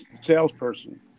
salesperson